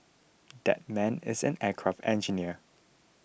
that man is an aircraft engineer